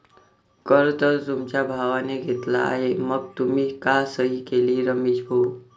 कर तर तुमच्या भावाने घेतला आहे मग तुम्ही का सही केली रमेश भाऊ?